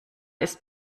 ist